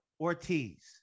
Ortiz